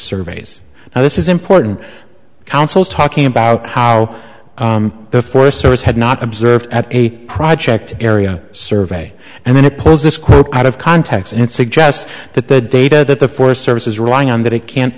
surveys now this is important councils talking about how the forest service had not observed at a project area survey and then it pulls this quote out of context and it suggests that the data that the forest service is relying on that it can't